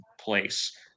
place